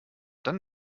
dann